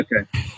okay